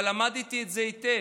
אבל למדתי את זה היטב.